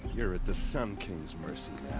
you're at the sun king's mercy